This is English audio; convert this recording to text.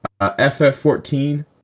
FF14